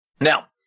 Now